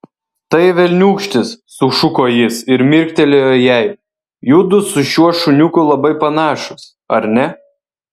tai velniūkštis sušuko jis ir mirktelėjo jai judu su šiuo šuniuku labai panašūs ar ne